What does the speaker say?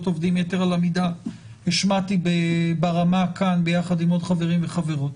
עובדים יתר על המידה השמעתי ברמה כאן ביחד עם עוד חבריים וחברות,